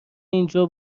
اینجا